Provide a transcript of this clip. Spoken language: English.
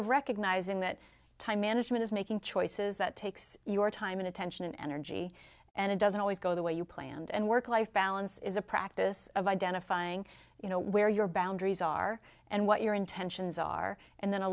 of recognizing that time management is making choices that takes your time and attention and energy and it doesn't always go the way you planned and work life balance is a practice of identifying you know where your boundaries are and what your intentions are and then